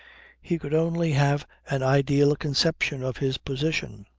he could only have an ideal conception of his position.